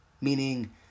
Meaning